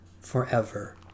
forever